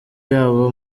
y’abo